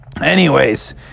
Anyways